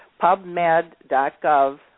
pubmed.gov